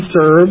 serve